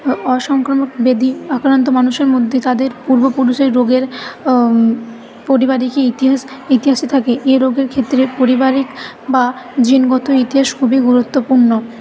অসংক্রামক বেদি আক্রান্ত মানুষের মধ্যে তাদের পূর্বপুরুষের রোগের পারিবারিক ইতিহাস ইতিহাসে থাকে এ রোগের ক্ষেত্রে পারিবারিক বা জিনগত ইতিহাস খুবই গুরুত্বপূর্ণ